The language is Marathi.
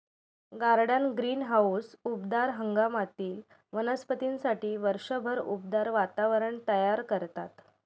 गार्डन ग्रीनहाऊस उबदार हंगामातील वनस्पतींसाठी वर्षभर उबदार वातावरण तयार करतात